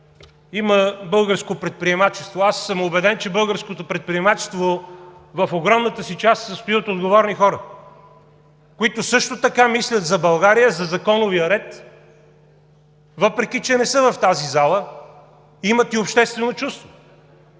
Има българско предприемачество. Аз съм убеден, че българското предприемачество в огромната си част се състои от отговорни хора, които също така мислят за България, за законовия ред, въпреки че не са в тази зала, имат и обществено чувство.